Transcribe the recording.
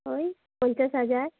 ওই পঞ্চাশ হাজার